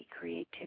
creativity